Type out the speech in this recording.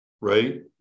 right